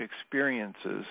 experiences